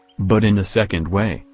but in the second way,